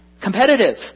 competitive